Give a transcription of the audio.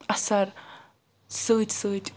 اثر سۭتۍ سۭتۍ